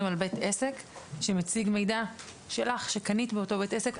על בית עסק שמציג מידע שלך שקנית באותו בית עסק.